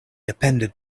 appended